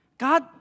God